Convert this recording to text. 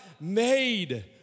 made